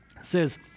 says